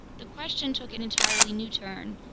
the question took an entirely new turn.